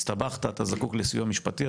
הסתבכת, אתה זקוק לסיוע משפטי?